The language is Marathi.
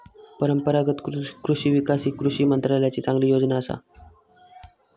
परंपरागत कृषि विकास ही कृषी मंत्रालयाची चांगली योजना असा